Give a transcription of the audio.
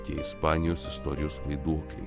tie ispanijos istorijos vaiduokliai